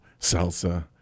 salsa